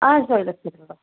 சொல்கிறேன்